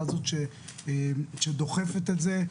את זו שדוחפת את זה.